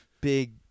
big